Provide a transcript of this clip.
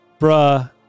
Bruh